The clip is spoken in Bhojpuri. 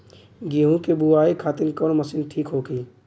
गेहूँ के बुआई खातिन कवन मशीन ठीक होखि?